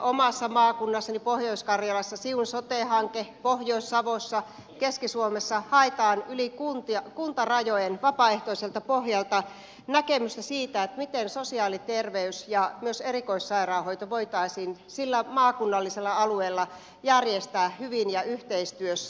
omassa maakunnassani pohjois karjalassa siun sote hanke pohjois savossa keski suomessa haetaan yli kuntarajojen vapaaehtoiselta pohjalta näkemystä siitä miten sosiaali ja terveydenhuolto ja myös erikoissairaanhoito voitaisiin sillä maakunnallisella alueella järjestää hyvin ja yhteistyössä